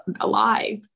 alive